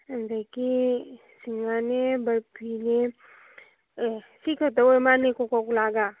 ꯑꯗꯒꯤ ꯁꯤꯡꯍꯥꯔꯅꯦ ꯕꯔꯐꯤꯅꯦ ꯑꯦ ꯁꯤ ꯈꯛꯇ ꯑꯣꯏꯔ ꯃꯥꯜꯂꯦ ꯀꯣꯀꯣ ꯀꯣꯂꯥꯒ